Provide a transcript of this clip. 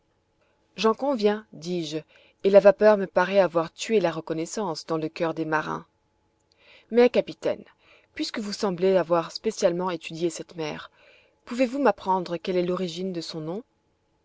j'en conviens dis-je et la vapeur me paraît avoir tué la reconnaissance dans le coeur des marins mais capitaine puisque vous semblez avoir spécialement étudié cette mer pouvez-vous m'apprendre quelle est l'origine de son nom